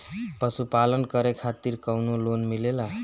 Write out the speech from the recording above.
पशु पालन करे खातिर काउनो लोन मिलेला?